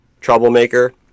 troublemaker